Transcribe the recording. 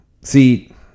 See